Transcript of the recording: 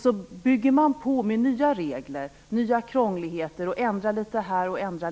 Sedan bygger man på med nya regler, nya krångligheter och ändrar litet här och där.